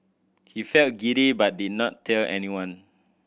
he felt giddy but did not tell anyone